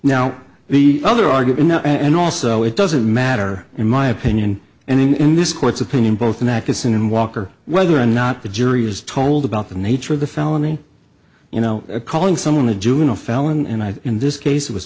now the other argument now and also it doesn't matter in my opinion and in this court's opinion both magazine and walker whether or not the jury was told about the nature of the felony you know calling someone a juvenile felon and i in this case it was